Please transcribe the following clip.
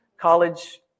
college